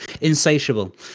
insatiable